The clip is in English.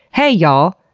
hey y'all,